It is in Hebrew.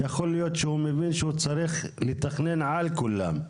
יכול להיות שהוא מבין שהוא צריך לתכנן על כולם,